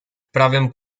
prawym